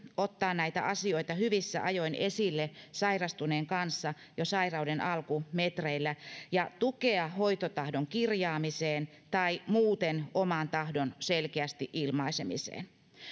ottaa näitä asioita hyvissä ajoin esille sairastuneen kanssa jo sairauden alkumetreillä ja tukea hoitotahdon kirjaamisessa tai muuten oman tahdon selkeästi ilmaisemisessa